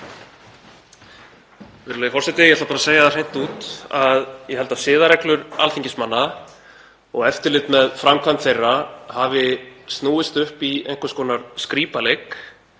forseti. Ég ætla bara að segja það hreint út að ég held að siðareglur alþingismanna og eftirlit með framkvæmd þeirra hafi snúist upp í einhvers konar skrípaleik